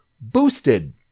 boosted